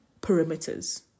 perimeters